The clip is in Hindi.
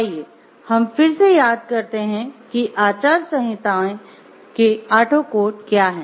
आइए हम फिर से याद करते है कि आचार संहिताएं के आठों कोड क्या हैं